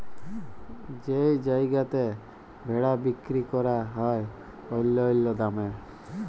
যেই জায়গাতে ভেড়া বিক্কিরি ক্যরা হ্যয় অল্য অল্য দামে